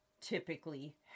typically